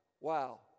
Wow